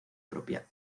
propia